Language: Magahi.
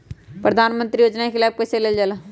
प्रधानमंत्री योजना कि लाभ कइसे लेलजाला?